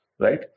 right